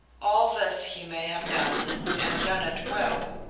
all this he may have done, and done it well,